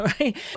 right